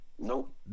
Nope